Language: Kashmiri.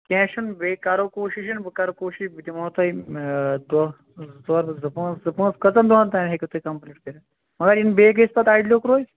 کیٚنٛہہ چھُنہ بیٚیہِ کَرو کوٗشِش بہٕ کَرٕ کوٗشِش بہٕ دِمو تۄہہِ دۄہ زٕ ژور زٕ پانٛژھ زٕ پانٛژھ کٔژن دۄہن تام ہیٚکِو تُہۍ کَمپٕلیٹ کٔرتھ مگر یِنہٕ بیٚیہِ گَژھہِ پَتہٕ اَڑٕلیٛوک روزِ